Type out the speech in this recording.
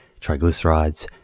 triglycerides